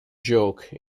joke